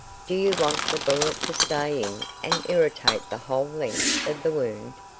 do you want the bullet to stay in and irritate the whole length of the wound?